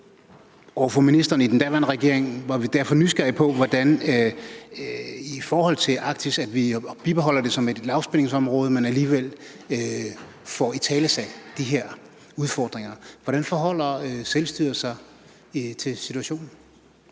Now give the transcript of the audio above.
Over for ministeren i den daværende regering var vi derfor nysgerrige på, hvordan man i forhold til Arktis bibeholder det som et lavspændingsområde, men alligevel får italesat de her udfordringer. Hvordan forholder selvstyret sig til situationen?